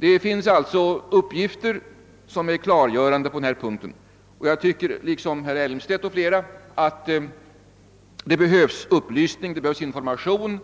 Det finns alltså klargörande uppgifter på denna punkt, men jag tycker liksom herr Elmstedt m.fl. att det behövs upplysning och information